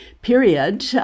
Period